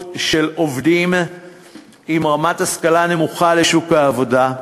של עובדים ברמת השכלה נמוכה לשוק העבודה.